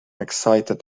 excited